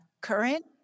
current